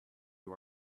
you